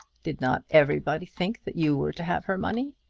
did not everybody think that you were to have her money?